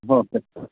okay